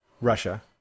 Russia